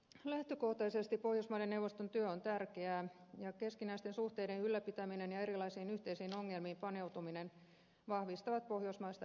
lähtökohtaisesti pohjoismaiden neuvoston työ on tärkeää ja keskinäisten suhteiden ylläpitäminen ja erilaisiin yhteisiin ongelmiin paneutuminen vahvistavat pohjoismaista yhteistyötä